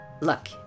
Look